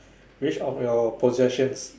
which of your possessions